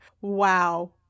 wow